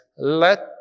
Let